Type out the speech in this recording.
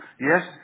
Yes